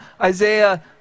Isaiah